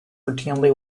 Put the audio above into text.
routinely